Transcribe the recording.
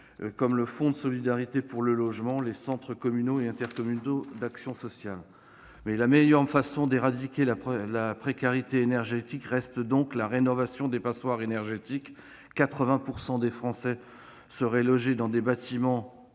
comme le fonds de solidarité pour le logement, ou encore les centres communaux et intercommunaux d'action sociale. La meilleure façon d'éradiquer la précarité énergétique n'en reste pas moins la rénovation des passoires énergétiques. En effet, 80 % des Français seraient logés dans des bâtiments